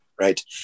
right